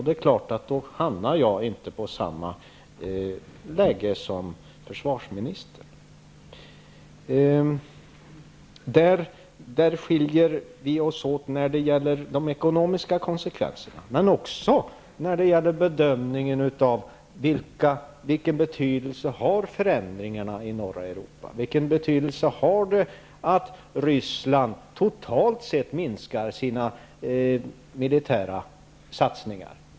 Då hamnar jag naturligtvis inte i samma läge som försvarsministern. Vi skiljer oss åt när det gäller de ekonomiska konsekvenserna, men också när det gäller bedömningen av vilken betydelse förändringarna i norra Europa har och vilken betydelse det har att Ryssland totalt sett minskar sina militära satsningar.